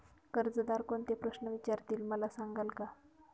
कर्जदार कोणते प्रश्न विचारतील, मला सांगाल का?